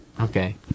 Okay